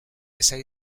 esan